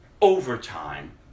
overtime